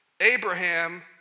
Abraham